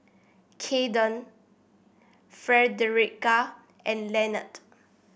Kaiden Fredericka and Lanette